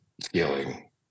scaling